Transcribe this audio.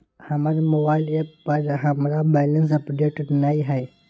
हमर mobile app पर हमरा बैलेंस अपडेट नय हय